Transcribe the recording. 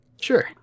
Sure